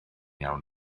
iawn